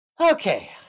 Okay